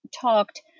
talked